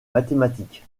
mathématiques